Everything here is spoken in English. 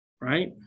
right